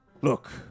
Look